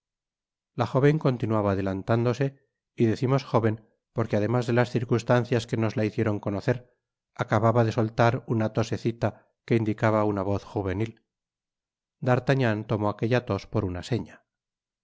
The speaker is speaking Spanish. la jóven continuaba adelantándose y decimos jóven porque además de las circunstancias que nos la hicieron conocer acababa de soltar una tosesitaquc indicaba una voz juvenil d'artagnan tomó aquella tos por una seña